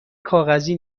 کاغذی